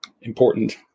important